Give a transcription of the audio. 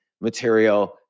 material